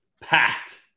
packed